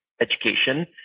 education